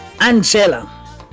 Angela